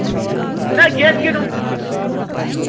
نہ gas kit